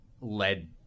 led